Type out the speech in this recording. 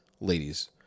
ladies